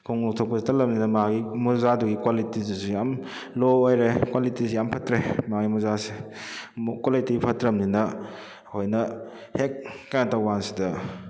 ꯈꯣꯡꯎꯞ ꯂꯧꯊꯣꯛꯄꯁꯤ ꯇꯜꯂꯕꯅꯤꯅ ꯃꯥꯒꯤ ꯃꯣꯖꯥꯗꯨꯒꯤ ꯀ꯭ꯋꯥꯂꯤꯇꯤꯗꯨꯁꯨ ꯌꯥꯝ ꯂꯣ ꯑꯣꯏꯔꯦ ꯀ꯭ꯋꯥꯂꯤꯇꯤꯁꯤ ꯌꯥꯝ ꯐꯠꯇ꯭ꯔꯦ ꯃꯥꯒꯤ ꯃꯣꯖꯥꯁꯦ ꯀ꯭ꯋꯥꯂꯤꯇꯤ ꯐꯠꯇ꯭ꯔꯕꯅꯤꯅ ꯑꯩꯈꯣꯏꯅ ꯍꯦꯛ ꯀꯩꯅꯣ ꯇꯧꯕ ꯀꯥꯟꯁꯤꯗ